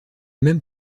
même